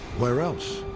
where else?